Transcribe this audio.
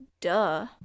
Duh